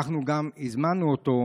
אנחנו גם הזמנו אותו,